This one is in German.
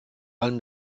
allem